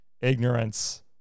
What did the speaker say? Ignorance